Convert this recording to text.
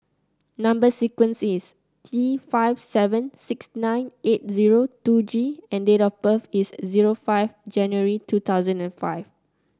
number sequence is T five seven six nine eight zero two G and date of birth is zero five January two thousand and five